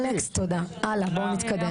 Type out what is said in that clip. אלכס תודה, הלאה, בואו נתקדם.